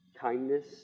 kindness